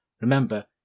Remember